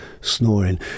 snoring